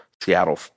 seattle